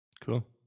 Cool